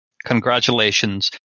Congratulations